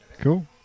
Cool